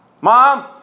Mom